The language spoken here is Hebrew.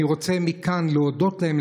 אני רוצה מכאן להודות להם,